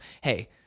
hey